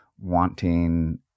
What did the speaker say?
wanting